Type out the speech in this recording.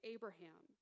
Abraham